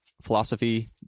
philosophy